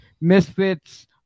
Misfits